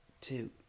Two